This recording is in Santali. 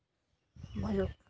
ᱢᱚᱡᱽᱼᱚᱜ